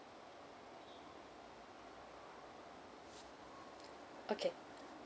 okay